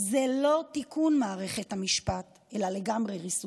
זה לא תיקון מערכת המשפט, אלא לגמרי ריסוקה.